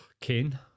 Kane